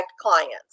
clients